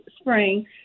spring